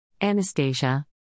Anastasia